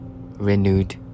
renewed